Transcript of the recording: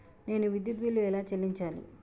నేను విద్యుత్ బిల్లు ఎలా చెల్లించాలి?